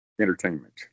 entertainment